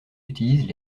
utilisent